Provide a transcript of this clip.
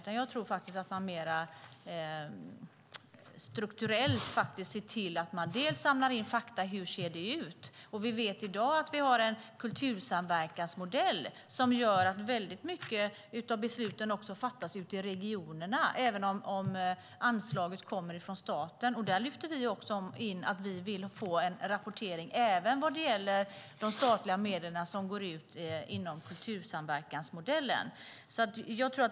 Man behöver se till att det mer strukturellt samlas in fakta om hur det ser ut. Vi vet i dag att vi har en kultursamverkansmodell som gör att väldigt många av besluten fattas ute i regionerna även om anslaget kommer från staten. Där lyfter vi in att vi vill få en rapportering även vad gäller de statliga medel som går ut genom kultursamverkansmodellen.